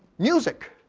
music,